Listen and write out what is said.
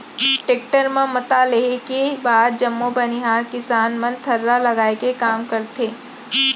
tractor म मता लेहे के बाद जम्मो बनिहार किसान मन थरहा लगाए के काम करथे